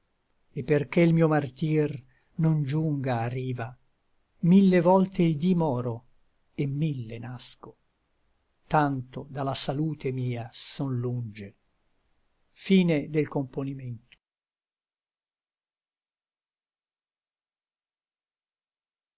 e perché l mio martir non giunga a riva mille volte il dí moro et mille nasco tanto da la salute mia son lunge come